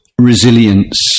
resilience